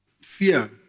fear